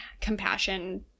compassion